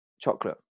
chocolate